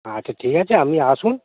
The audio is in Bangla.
আচ্ছা ঠিক আছে আপনি আসুন